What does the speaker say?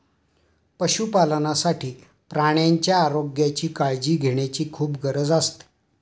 पशुपालनासाठी प्राण्यांच्या आरोग्याची काळजी घेण्याची खूप गरज असते